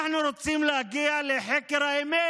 אנחנו רוצים להגיע לחקר האמת.